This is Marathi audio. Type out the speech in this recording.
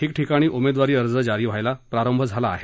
ठिकठिकाणी उमेदवारी अर्ज जारी व्हायला प्रारंभ झाला आहे